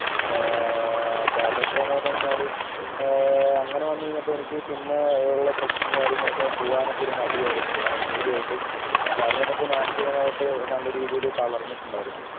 അപ്പോൾ അതൊക്കെയെന്ന് പറഞ്ഞു കഴിഞ്ഞാൽ അങ്ങനെ വന്ന് കഴിഞ്ഞപ്പോൾ എനിക്ക് പിന്നെയുള്ള ട്രെക്കിങ് കാര്യങ്ങളൊക്കേ പോകാനൊക്കെ മടിയായിരുന്നു കാരണം പേടിയായിട്ട് അപ്പോൾ അത് നമുക്ക് മാനസികമായിട്ട് നല്ല രീതിയിൽ തളർന്നിട്ടുണ്ടായിരുന്നു